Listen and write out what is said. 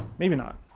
maybe not,